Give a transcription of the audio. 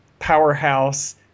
Powerhouse